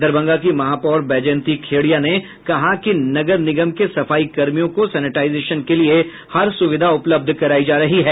दरभंगा की महापौर बैजयंती खेड़िया ने कहा कि नगर निगम के सफाई कर्मियों को सेनेटाइजेशन के लिये हर सुविधा उपलब्ध करायी जा रही है